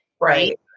Right